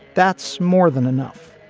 that's more than enough.